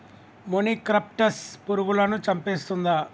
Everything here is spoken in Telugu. మొనిక్రప్టస్ పురుగులను చంపేస్తుందా?